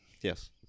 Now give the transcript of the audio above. Yes